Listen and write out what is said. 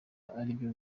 aribyo